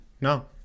no